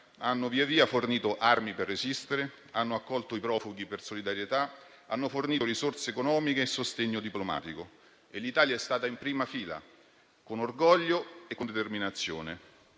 hanno via via fornito armi per resistere, hanno accolto i profughi per solidarietà e hanno fornito risorse economiche e sostegno diplomatico. L'Italia è stata in prima fila con orgoglio e con determinazione.